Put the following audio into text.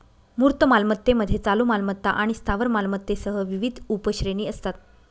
मूर्त मालमत्तेमध्ये चालू मालमत्ता आणि स्थावर मालमत्तेसह विविध उपश्रेणी असतात